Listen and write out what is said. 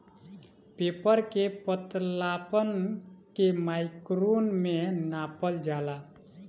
paper के पतलापन के माइक्रोन में नापल जाला